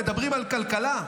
מדברים על כלכלה,